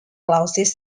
clauses